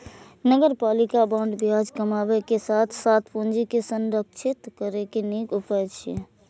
नगरपालिका बांड ब्याज कमाबै के साथ साथ पूंजी के संरक्षित करै के नीक उपाय छियै